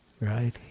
right